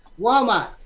Walmart